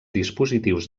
dispositius